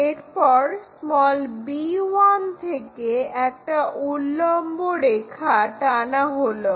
এরপর b1 থেকে একটা উল্লম্ব রেখা টানা হলো